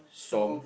storm